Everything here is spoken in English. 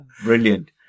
Brilliant